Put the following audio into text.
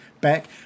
back